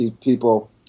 people